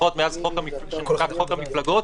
מאז חוקק חוק המפלגות,